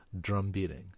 drum-beating